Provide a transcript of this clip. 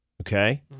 okay